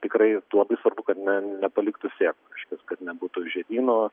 tikrai labai svarbu kad ne nepaliktų sėklų reiškias kad nebūtų žiedynų